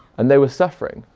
and they were suffering.